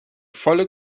volle